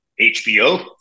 HBO